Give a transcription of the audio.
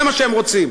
זה מה שהם רוצים.